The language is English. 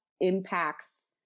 impacts